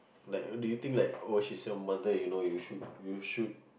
like do you think oh she's your mother you know you should you should